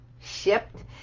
shipped